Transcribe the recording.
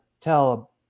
tell